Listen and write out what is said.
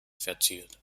verziert